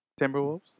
Timberwolves